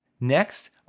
Next